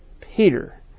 Peter